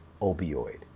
opioid